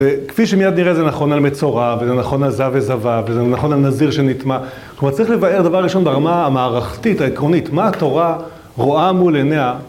וכפי שמיד נראה זה נכון על מצורע וזה נכון על זב וזבה וזה נכון על נזיר שנטמא כלומר צריך לבאר דבר ראשון ברמה המערכתית העקרונית מה התורה רואה מול עיניה